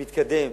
ומתקדם,